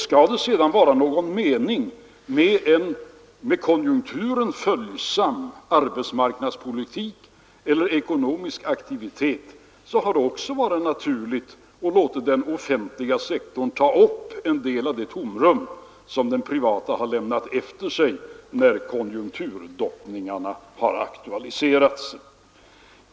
Skall det vara någon mening med en arbetsmarknadspolitik och en ekonomisk aktivitet som är följsam i förhållande till konjunkturen, är det också naturligt att låta den offentliga sektorn fylla en del av det tomrum som den privata har lämnat efter sig när konjunkturdoppningarna aktualiserats.